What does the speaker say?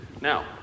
Now